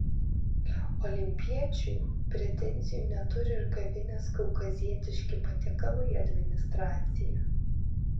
olimpiečiui pretenzijų neturi ir kavinės kaukazietiški patiekalai administracija